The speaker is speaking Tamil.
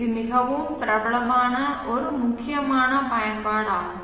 இது மிகவும் பிரபலமான ஒரு முக்கியமான பயன்பாடாகும்